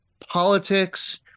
politics